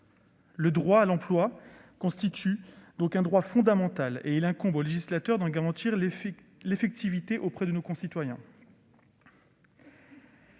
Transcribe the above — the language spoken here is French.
Le droit à l'emploi constitue donc un droit fondamental, et il incombe au législateur d'en garantir l'effectivité pour nos concitoyens.